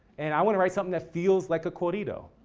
and i wanna write something that feels like a corrido.